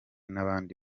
n’abandi